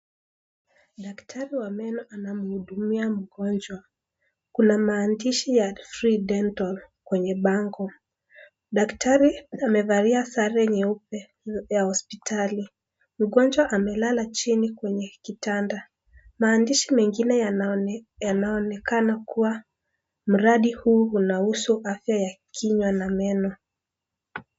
Daktari wa meno anamhudumia mgonjwa. Kuna maandishi ya Free Dental kwenye bango. Daktari amevalia sare nyeupe ya hospitali. Mgonjwa amelala chini kwenye kitanda. Maandishi mengine yanaonekana kuwa mradi huu unahusu afya ya kinywa na meno.